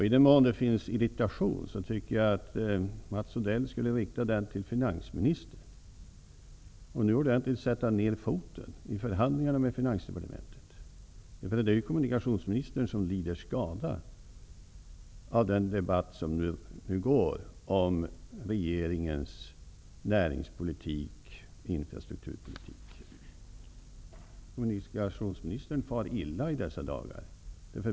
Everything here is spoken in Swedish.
I den mån det finns irritation tycker jag att Mats Odell skulle rikta den till finansministern, och nu ordentligt sätta ned foten i förhandlingarna med finansdepartementet. Det är ju kommunikationsministern som lider skada av den debatt som pågår om regeringens näringspolitik och infrastrukturpolitik. Kommunikationsministern far illa i dessa dagar.